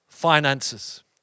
Finances